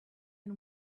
and